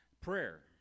prayer